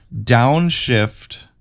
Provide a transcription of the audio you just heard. downshift